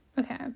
Okay